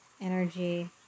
energy